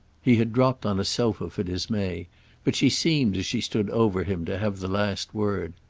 he had dropped on a sofa for dismay but she seemed, as she stood over him, to have the last word.